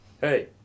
Hey